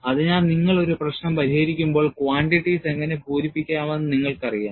അതിനാൽ നിങ്ങൾ ഒരു പ്രശ്നം പരിഹരിക്കുമ്പോൾ quantities എങ്ങനെ പൂരിപ്പിക്കാമെന്ന് നിങ്ങൾക്കറിയാം